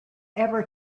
ever